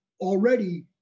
already